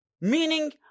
meaning